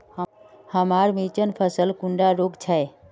हमार मिर्चन फसल कुंडा रोग छै?